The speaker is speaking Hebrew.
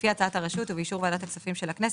לפי הצעת הרשות ובאישור ועדת הכספים של הכנסת,